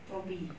tobey